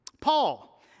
Paul